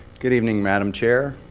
good evening, madam chair,